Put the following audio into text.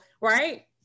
right